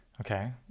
Okay